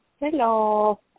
Hello